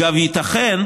אגב, ייתכן